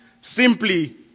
simply